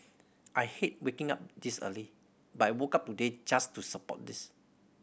I hate waking up this early but woke up today just to support this